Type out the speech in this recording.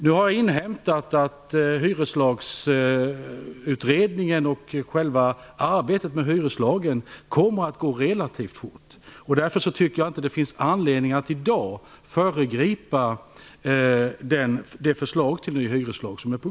Jag har inhämtat att hyreslagsutredningen och arbetet med hyreslagen kommer att gå relativt fort. Därför finns det inte anledning att i dag föregripa förslaget till ny hyreslag.